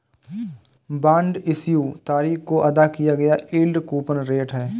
bond issue तारीख को अदा किया गया यील्ड कूपन रेट है